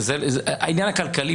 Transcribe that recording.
אפקט שמוריד מ- 80% ל- 8% בשום תחום,